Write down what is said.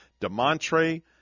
Demontre